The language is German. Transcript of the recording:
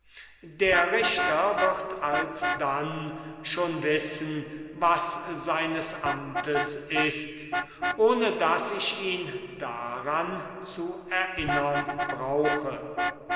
der richter wird alsdann schon wissen was seines amtes ist ohne daß ich ihn daran zu erinnern brauche